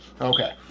okay